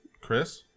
Chris